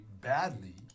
badly